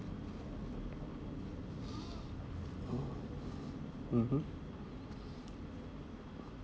mmhmm